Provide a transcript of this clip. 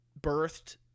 birthed